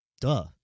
duh